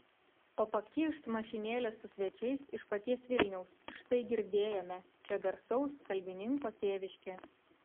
o pakyšt mašinėlė su svečiais iš paties vilniaus štai girdėjome čia garsaus kalbininko tėviškė